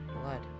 Blood